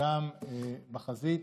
וגם בחזית